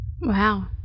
Wow